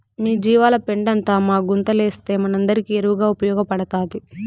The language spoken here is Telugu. మీ జీవాల పెండంతా మా గుంతలేస్తే మనందరికీ ఎరువుగా ఉపయోగపడతాది